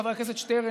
חבר הכנסת שטרן,